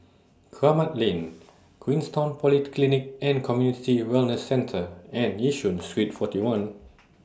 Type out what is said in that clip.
Kramat Lane Queenstown Polyclinic and Community Wellness Centre and Yishun Street forty one